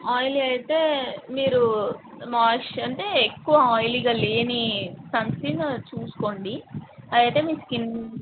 oily అయితే మీరు మాయిశ్చ అంటే ఎక్కువ ఆయిలీగా లేని సన్ స్క్రీన్ చూసుకోండి అదైతే మీ స్కిన్